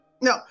no